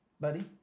buddy